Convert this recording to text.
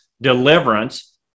deliverance